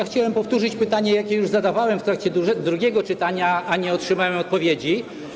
Chciałem powtórzyć pytanie, które już zadałem w trakcie drugiego czytania, ale nie otrzymałem odpowiedzi.